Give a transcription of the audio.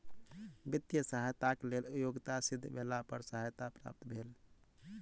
वित्तीय सहयताक लेल योग्यता सिद्ध भेला पर सहायता प्राप्त भेल